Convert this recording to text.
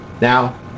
Now